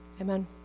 Amen